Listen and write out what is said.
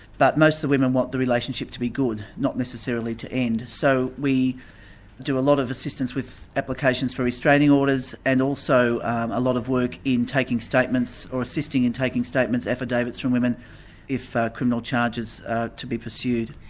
but most of the women want the relationship to be good, not necessarily to end. so we do a lot of assistance with applications for restraining orders, and also um a lot of work in taking statements, or assisting in taking statements, affidavits from women if criminal charges are to be pursued.